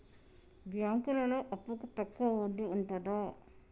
బ్యాంకులలో అప్పుకు తక్కువ వడ్డీ ఉంటదా?